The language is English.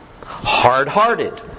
hard-hearted